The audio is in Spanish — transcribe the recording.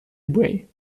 buey